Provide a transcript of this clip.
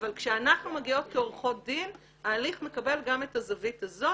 אבל כשאנחנו מגיעות כעורכות דין ההליך מקבל גם את הזווית הזאת,